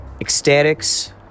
Ecstatics